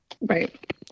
right